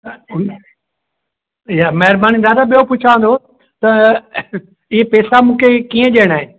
या महिरबानी दादा ॿियो पुछां थो त इहे पेसा मूंखे कीअं ॾियणा आहिनि